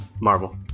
Marvel